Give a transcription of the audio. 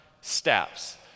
steps